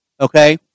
Okay